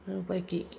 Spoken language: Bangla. এর উপায় কী